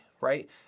right